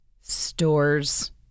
stores